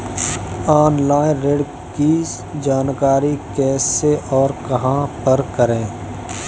Online ऋण की जानकारी कैसे और कहां पर करें?